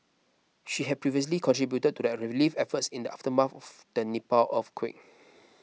she had previously contributed to the relief efforts in the aftermath the Nepal earthquake